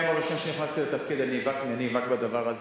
מהיום הראשון שנכנסתי לתפקיד אני נאבק בדבר הזה.